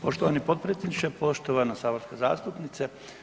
Poštovani potpredsjedniče, poštovana saborska zastupnice.